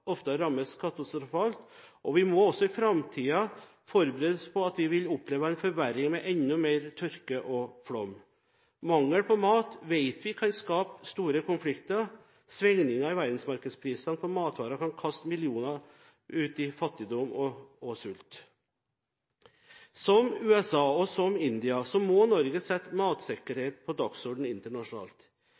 rammes katastrofalt, og vi må også i framtiden forberede oss på at vi vil oppleve en forverring, med enda mer tørke og flom. Vi vet at mangel på mat kan skape store konflikter. Svingninger i verdensmarkedsprisene på matvarer kan kaste millioner ut i fattigdom og sult. Som USA, og som India, må Norge sette matsikkerhet på dagsordenen internasjonalt.